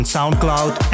SoundCloud